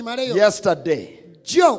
Yesterday